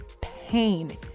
pain